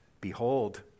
behold